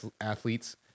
athletes